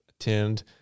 attend